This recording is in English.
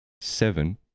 seven